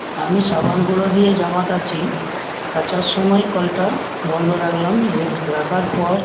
আমি সাবান গুঁড়ো দিয়ে জামা কাচি কাচার সময় কলটা বন্ধ রাখলাম রাখার পর